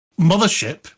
mothership